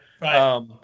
right